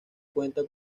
cuenta